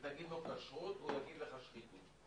ותגיד לו כשרות הוא יגיד לך: שחיתות.